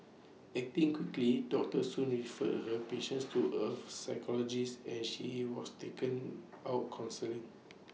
acting quickly doctor soon referred her patience to A psychologist and she he was taken out counselling